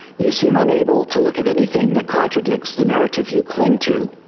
you seem unable to look at anything that contradicts the narrative you cling to.